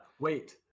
Wait